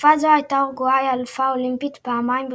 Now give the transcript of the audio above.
בתקופה זו הייתה אורוגוואי אלופה אולימפית פעמיים ברציפות,